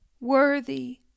worthy